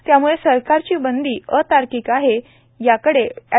त्यामुळे सरकारची बंदी अतार्किक आहे याकडेही अँड